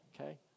okay